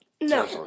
No